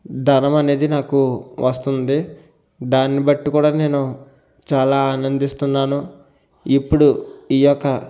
ధనం అనేది నాకు వస్తుంది దాన్నిబట్టి కూడా నేను చాలా ఆనందిస్తున్నాను ఇప్పుడు ఈ యొక